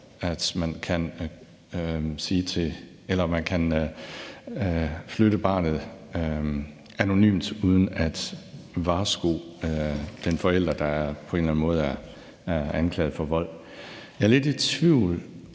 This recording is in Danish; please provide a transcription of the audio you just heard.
at man kan flytte barnet anonymt uden at varsko den forælder, der på en eller anden måde er anklaget for vold. Jeg er lidt i tvivl